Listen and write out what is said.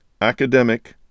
academic